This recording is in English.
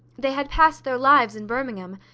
they had passed their lives in birmingham,